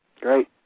Great